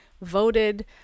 voted